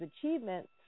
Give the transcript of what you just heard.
achievements